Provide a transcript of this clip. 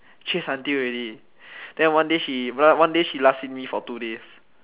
chase until already then one day she one day she last seen me for two days